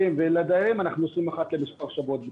לדיירים אנחנו עושים בדיקות אחת למספר שבועות.